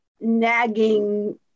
nagging